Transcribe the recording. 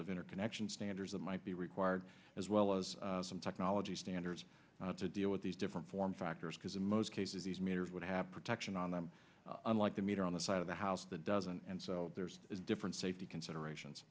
of interconnection standards that might be required as well as some technology standards to deal with these different form factors because in most cases these meters would have protection on them unlike the meter on the side of the house that doesn't and so there's different safety considerations